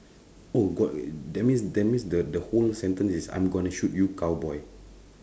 oh god man that means that means the the whole sentence is I'm gonna shoot you cowboy